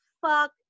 fuck